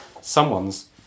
Someone's